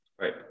Right